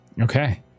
Okay